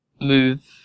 move